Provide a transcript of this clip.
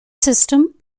system